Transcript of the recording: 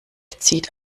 zieht